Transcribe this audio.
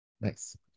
Nice